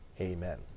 Amen